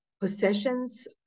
possessions